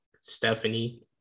Stephanie